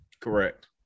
Correct